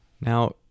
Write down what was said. Now